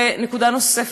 נקודה נוספת,